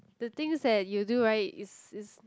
the things that you do right is is